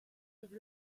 have